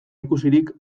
ikusirik